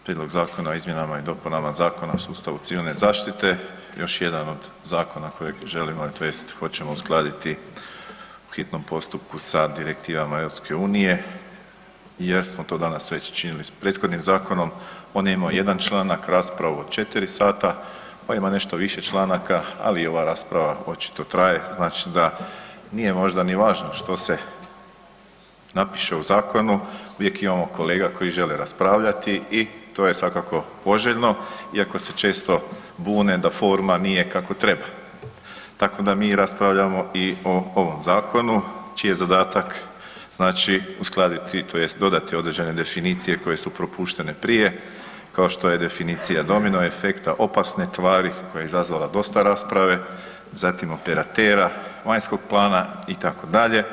Prijedlog zakona o izmjenama i dopunama Zakona o sustavu civilne zaštite još jedan od zakona kojeg želimo tj. hoćemo uskladiti u hitnom postupku sa direktivama EU jer smo to danas već činili s prethodnim zakonom, on je imao jedan članak, raspravu od 4 sata, pa ima nešto više članaka, ali ova rasprava očito traje znači da nije možda ni važno što se napiše u zakonu uvijek imamo kolega koji žele raspravljati i to je svakako poželjno iako se često bune da forma nije kako treba, tako da mi raspravljamo i o ovom zakonu čiji je zadatak znači uskladiti tj. dodati određene definicije koje su propuštene prije kao što je definicija „domino efekta“, „opasne tvari“ koja je izazvala dosta rasprave, zatim „operatera“, „vanjskog plana“ itd.